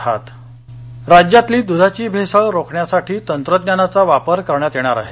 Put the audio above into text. दध भेसळ राज्यातली दृधाची भेसळ रोखण्यासाठी तंत्रज्ञानाचा वापर करण्यात येणार आहे